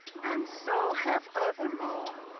and so have other mo',